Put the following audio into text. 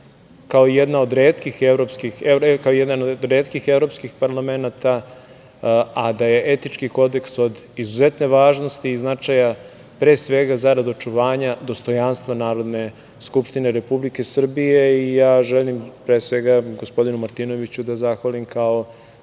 kao jedna od retkih evropskih parlamenata, a da je etički kodeks od izuzetne važnosti i značaja, pre svega, zarad očuvanja dostojanstva Narodne skupštine Republike Srbije. Želim, gospodinu Martinoviću, da zahvalim kao